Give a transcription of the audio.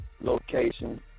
location